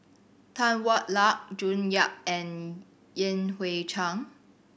Tan Hwa Luck June Yap and Yan Hui Chang